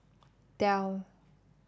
Dell